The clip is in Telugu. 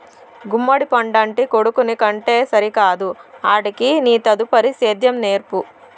గుమ్మడి పండంటి కొడుకుని కంటే సరికాదు ఆడికి నీ తదుపరి సేద్యం నేర్పు